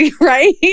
right